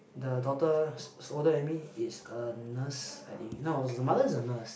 the daughter is older than me is a nurse I think no is her mother is a nurse